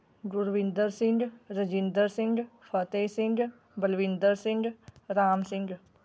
Gurvinder Singh Rajinder Singh Fateh Singh Balvinder Singh Ram Singh